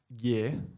year